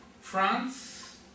France